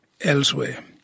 elsewhere